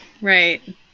right